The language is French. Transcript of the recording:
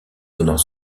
pendant